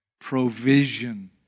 provision